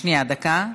שנייה, דקה.